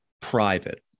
private